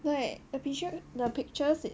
like the pictures the pictures